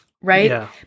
right